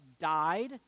died